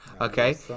Okay